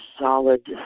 solid